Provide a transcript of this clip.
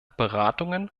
beratungen